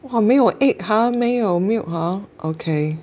!huh! 没有 egg ha 没有 milk ha okay